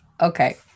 okay